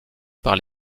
par